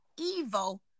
evil